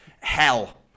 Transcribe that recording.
hell